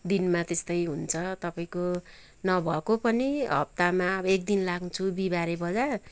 दिनमा त्यस्तै हुन्छ तपाईँको नभएको पनि हप्तामा अब एक दिन लान्छु बिहिबारे बजार